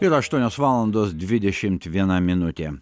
yra aštuonios valandos dvidešimt viena minutė